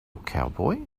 cowboy